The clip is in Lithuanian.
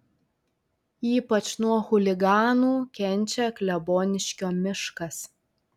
ypač nuo chuliganų kenčia kleboniškio miškas